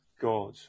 God